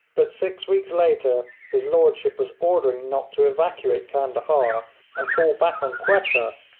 but six weeks later his lordship was ordering nott to evacuate candahar and fall back on quetta,